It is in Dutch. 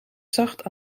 zacht